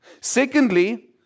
Secondly